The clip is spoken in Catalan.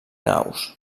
naus